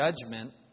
judgment